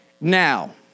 now